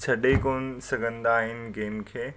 छॾे कोनि सघंदा आहिनि गेम खे